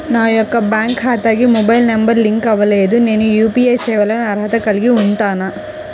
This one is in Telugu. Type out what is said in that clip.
నా యొక్క బ్యాంక్ ఖాతాకి మొబైల్ నంబర్ లింక్ అవ్వలేదు నేను యూ.పీ.ఐ సేవలకు అర్హత కలిగి ఉంటానా?